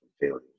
failures